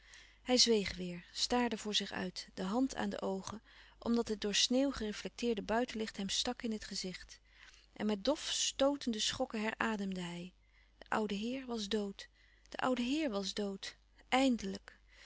hij zweeg weêr staarde voor zich uit de hand aan de oogen omdat het door sneeuw gereflecteerde buitenlicht hem stak in het gezicht en met dof stootende schokken herademde hij de oude heer was dood de oude heer was dood eindelijk